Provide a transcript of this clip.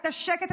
את השקט,